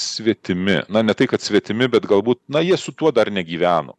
svetimi na ne tai kad svetimi bet galbūt na jie su tuo dar negyveno